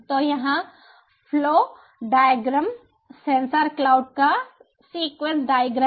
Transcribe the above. तो यहाँ flow diagram sensor cloud का सीक्वन्स डाइअग्रैम है